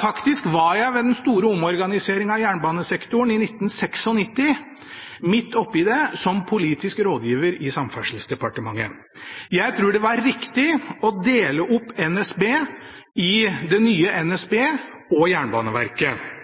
Faktisk var jeg – ved den store omorganiseringen av jernbanesektoren i 1996 – midt oppe i det som politisk rådgiver i Samferdselsdepartementet. Jeg tror det var riktig å dele opp NSB i det nye NSB og Jernbaneverket.